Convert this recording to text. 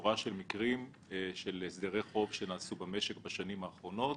בשורה של מקרים של הסדרי חוב שנעשו במשק בשנים האחרונות